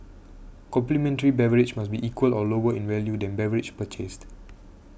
complimentary beverage must be equal or lower in value than beverage purchased